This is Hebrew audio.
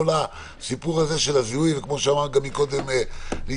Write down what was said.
כל הסיפור הזה של הזיהוי וכמו שאמר קודם ניצן,